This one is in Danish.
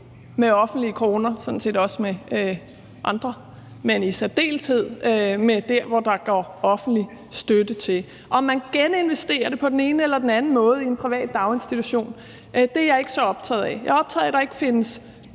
med offentlige kroner – sådan set også med andet, men i særdeleshed med det, som der går offentlig støtte til. Om man geninvesterer det på den ene eller den anden måde i en privat daginstitution, er jeg ikke så optaget af. Jeg er optaget af, at der ikke finder